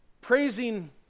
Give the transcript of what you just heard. praising